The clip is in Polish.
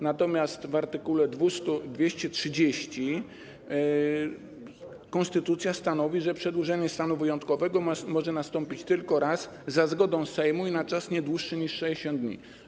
Natomiast w art. 230 konstytucja stanowi, że przedłużenie stanu wyjątkowego może nastąpić tylko raz za zgodą Sejmu i na czas nie dłuższy niż 60 dni.